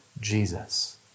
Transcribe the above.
Jesus